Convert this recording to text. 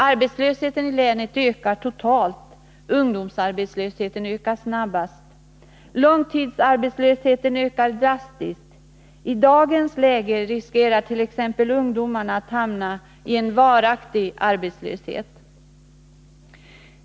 Arbetslösheten i länet ökar totalt, ungdomsarbetslösheten ökar snabbast. Långtidsarbetslösheten ökar drastiskt. I dagens läge riskerar t.ex. ungdomarna att hamna i en varaktig arbetslöshet.